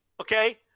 okay